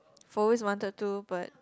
always wanted to but